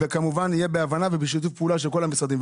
וכמובן יהיה בהבנה ובשיתוף פעולה של כל המשרדים.